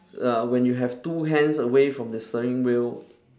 uh when you have two hands away from the steering wheel